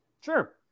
Sure